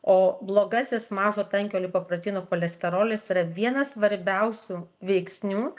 o blogasis mažo tankio lipoproteinų cholesterolis yra vienas svarbiausių veiksnių